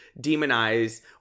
demonize